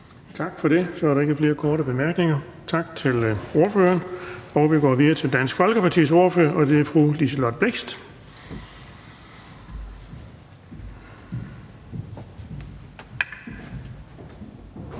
Bonnesen): Så er der ikke flere korte bemærkninger. Tak til ordføreren. Vi går videre til Dansk Folkepartis ordfører, og det er fru Liselott Blixt.